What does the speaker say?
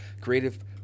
creative